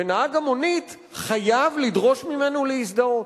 ונהג המונית חייב לדרוש ממנו להזדהות.